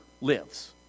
lives